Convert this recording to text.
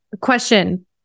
question